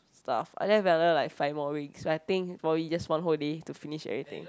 stuff I left like another five more weeks so I think probably just one whole day to finish everything